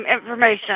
information